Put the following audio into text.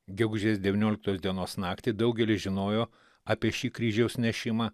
gegužės devynioliktos dienos naktį daugelis žinojo apie šį kryžiaus nešimą